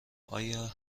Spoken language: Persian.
آیا